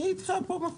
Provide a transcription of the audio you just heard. אני איתך פה.